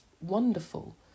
wonderful